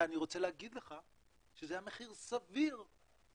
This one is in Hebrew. ואני רוצה להגיד לך שזה היה מחיר סביר בזמנו.